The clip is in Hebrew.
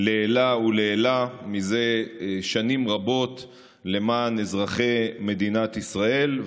לעילא ולעילא זה שנים רבות למען אזרחי מדינת ישראל.